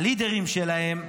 הלידרים שלהם: